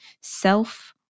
self